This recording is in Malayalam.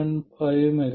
5mV sinωt ആയി മാറും